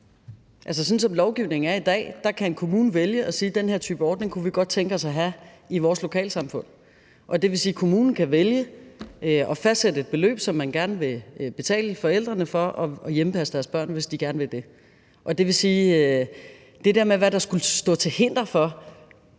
Sådan som lovgivningen er i dag, kan en kommune vælge at sige: Den her type ordning kunne vi godt tænke os at have i vores lokalsamfund. Det vil sige, at kommunen kan vælge at fastsætte et beløb, som man gerne vil betale forældrene for at hjemmepasse deres børn, hvis de gerne vil det. Så i forhold til det der med, hvad der skulle være til hinder for